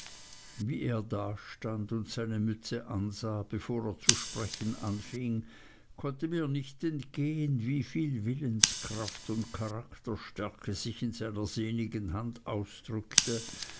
wie er dastand und seine mütze ansah bevor er zu sprechen anfing konnte mir nicht entgehen wie viel willenskraft und charakterstärke sich in seiner sehnigen hand ausdrückte